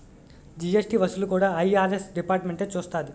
GST వసూళ్లు కూడా IRS డిపార్ట్మెంటే చూస్తాది